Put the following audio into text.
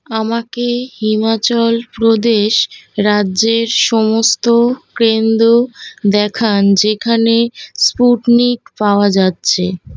আমাকে হিমাচল প্রদেশ রাজ্যের সমস্ত কেন্দ্র দেখান যেখানে স্পুটনিক পাওয়া যাচ্ছে